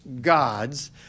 gods